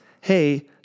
hey